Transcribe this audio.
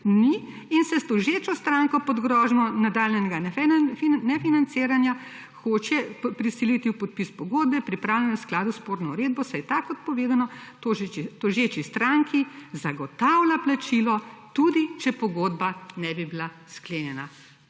ni in se s tožečo stranko pod grožnjo nadaljnjega nefinanciranja hoče prisiliti v podpis pogodbe pripravljenemu skladu s spodnjo uredbo, saj je ta kot povedano tožeči stranki zagotavlja plačilo tudi, če pogodba ne bi bila sklenjena.